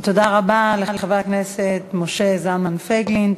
תודה רבה לחבר הכנסת משה זלמן פייגלין.